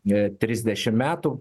e trisdešimt metų